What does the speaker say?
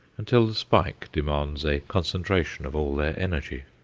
until the spike demands a concentration of all their energy.